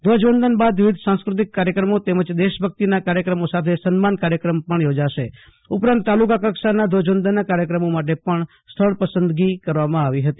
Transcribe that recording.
ધ્વજવંદન બાદ વિવિધ સાંસ્કૃતિક કાર્યક્રમો તેમજ દેશભક્તિના કાર્યક્રમોની સાથે સાથે સન્માન કાર્યક્રમ પણ યોજાશે ઉપરાંત તાલુકા કક્ષાના ધ્વજવંદનના કાર્યક્રમો માટે પણ સ્થળ પસંદગી કરવામાં આવી હતી